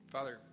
Father